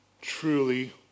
truly